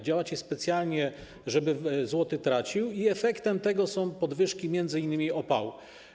Działacie specjalnie, żeby złoty tracił, i efektem tego są podwyżki, m.in. cen opału.